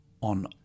on